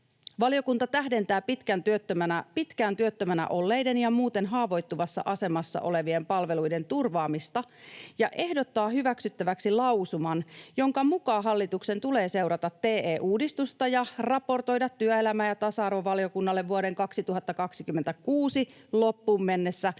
Valiokunta tähdentää pitkään työttömänä olleiden ja muuten haavoittuvassa asemassa olevien palveluiden turvaamista ja ehdottaa hyväksyttäväksi lausuman, jonka mukaan hallituksen tulee seurata TE-uudistusta ja raportoida työelämä- ja tasa-arvovaliokunnalle vuoden 2026 loppuun mennessä